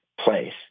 place